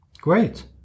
Great